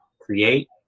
Create